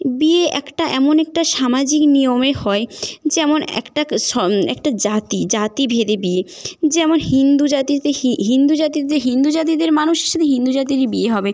বিয়ে একটা এমন একটা সামাজিক নিয়মে হয় যেমন একটা একটা জাতি জাতিভেদে বিয়ে যেমন হিন্দু জাতিতে হিন্দু জাতিতে হিন্দু জাতিদের মানুষের সাথে হিন্দু জাতিরই বিয়ে হবে